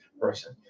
person